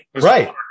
Right